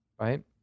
right